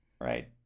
Right